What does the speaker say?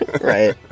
right